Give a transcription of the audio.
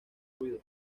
ruido